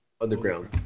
underground